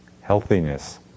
healthiness